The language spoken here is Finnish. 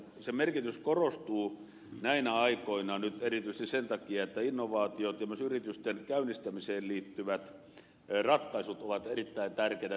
sen merkitys korostuu näinä aikoina nyt erityisesti sen takia että innovaatiot ja myös yritysten käynnistämiseen liittyvät ratkaisut ovat erittäin tärkeitä